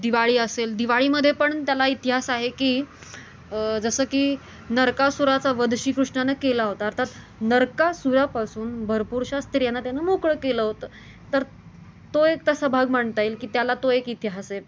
दिवाळी असेल दिवाळीमध्ये पण त्याला इतिहास आहे की जसं की नरकासुराचा वध श्रीकृष्णानं केला होता अर्थात नरकासुरापासून भरपूरशा स्त्रियांना त्यांना मोकळं केलं होतं तर तो एक तस भाग म्हणता येईल की त्याला तो एक इतिहास आहे